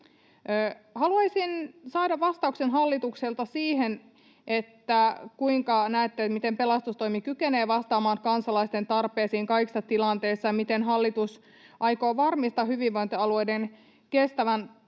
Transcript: Haluaisin saada vastauksen hallitukselta siihen, kuinka näette, miten pelastustoimi kykenee vastaamaan kansalaisten tarpeisiin kaikissa tilanteissa ja miten hallitus aikoo varmistaa hyvinvointialueiden kestävän